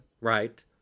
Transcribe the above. Right